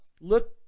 look